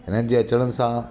हिननि जे अचण सां